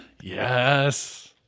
Yes